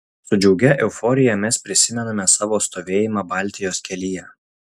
su džiugia euforija mes prisimename savo stovėjimą baltijos kelyje